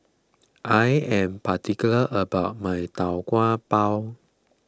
I am particular about my Tau Kwa Pau